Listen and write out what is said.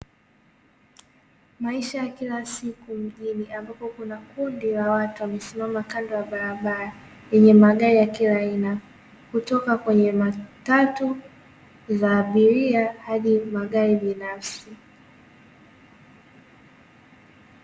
Maisha wa kila siku mjini ambapo kuna kundi la watu wamesimama kando ya barabara yenye magari ya kila aina, kutoka kwenye matatu za abiria hadi magari binafsi.